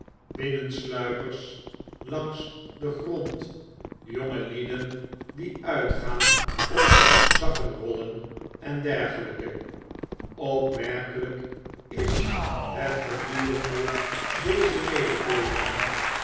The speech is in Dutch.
binnensluipers langs den grond jongelieden die uitgaan op zakkenrollen en dergelyken opmerkelgk is het gedurende deze mededeelingen